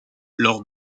lors